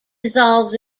dissolves